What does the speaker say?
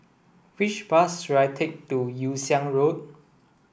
which bus should I take to Yew Siang Road